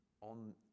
on